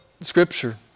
Scripture